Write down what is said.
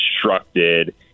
constructed